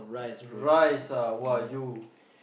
rice ah you